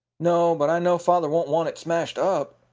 no, but i know father won't want it smashed up.